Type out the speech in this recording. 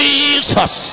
Jesus